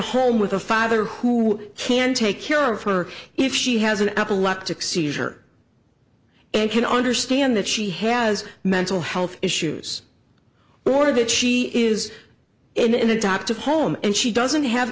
home with a father who can take care of her if she has an epileptic seizure and can understand that she has mental health issues or that she is in an adoptive home and she doesn't have